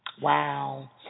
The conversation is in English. Wow